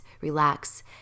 relax